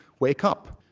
wake up.